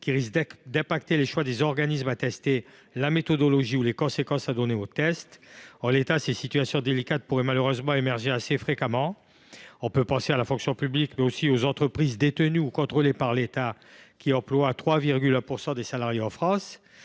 avoir un impact sur le choix des organismes à tester, la méthodologie ou les conséquences à donner aux tests. Ces situations délicates pourraient malheureusement survenir assez fréquemment. On peut penser à la fonction publique, mais aussi aux entreprises détenues ou contrôlées par l’État, qui emploient 3,1 % des salariés en France.